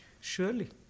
surely